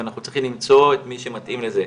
ואנחנו צריכים למצוא את מי שמתאים לזה.